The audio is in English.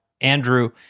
Andrew